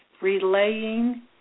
relaying